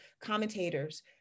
commentators